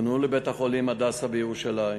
ופונו לבית-החולים "הדסה" בירושלים